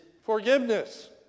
forgiveness